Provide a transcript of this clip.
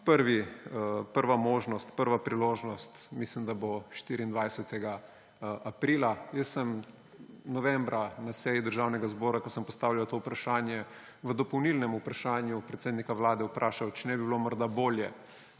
družba. Prva možnost, prva priložnost mislim, da bo 24. aprila. Jaz sem novembra na seji Državnega zbora, ko sem postavljal to vprašanje, v dopolnilnem vprašanju predsednika Vlade vprašal, če ne bi bilo morda bolje,